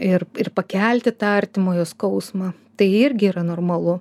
ir ir pakelti tą artimojo skausmą tai irgi yra normalu